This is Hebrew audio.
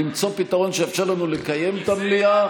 למצוא פתרון שיאפשר לנו לקיים את המליאה